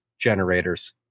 generators